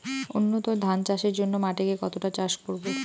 উন্নত ধান চাষের জন্য মাটিকে কতটা চাষ করব?